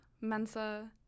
mensa